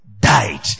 died